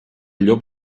llop